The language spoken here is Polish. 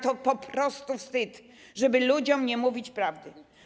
To po prostu wstyd, żeby ludziom nie mówić prawdy.